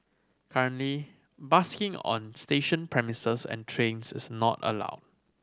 currently busking on station premises and trains is not allow